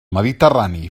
mediterrani